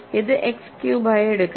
ഇത് എക്സ് ക്യൂബായി എടുക്കട്ടെ